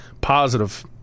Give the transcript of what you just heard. Positive